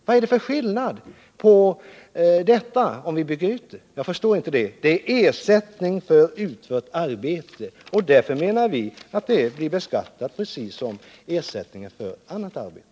Jag förstår inte vad det är för skillnad om vi bygger ut föräldraförsäkringen. Det är ju en ersättning för utfört arbete och skall således beskattas precis som ersättningen för annat arbete.